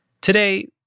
Today